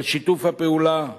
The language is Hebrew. על שיתוף הפעולה הטוב,